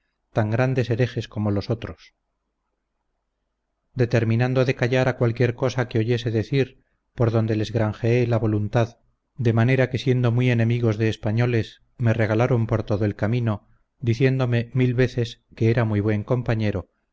tan grandes herejes como los otros determinando de callar a cualquier cosa que oyese decir por donde les granjeé la voluntad de manera que siendo muy enemigos de españoles me regalaron por todo el camino diciéndome mil veces que era muy buen compañero